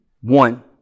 One